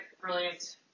brilliant